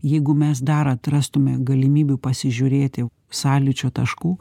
jeigu mes dar atrastume galimybių pasižiūrėti sąlyčio taškų